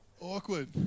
Awkward